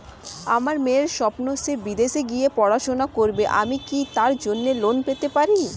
আমার মেয়ের স্বপ্ন সে বিদেশে গিয়ে পড়াশোনা করবে আমি কি তার জন্য লোন পেতে পারি?